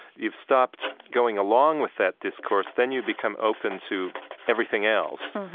you've stopped going along with that discourse, then you become open to everything else.